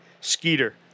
Skeeter